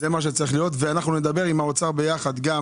זה מה שצריך להיות ואנחנו נדבר עם האוצר ביחד גם